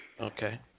Okay